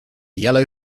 yellow